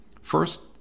First